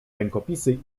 rękopisy